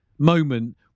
moment